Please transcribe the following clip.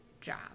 job